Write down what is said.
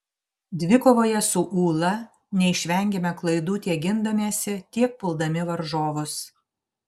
dvikovoje su ūla neišvengėme klaidų tiek gindamiesi tiek puldami varžovus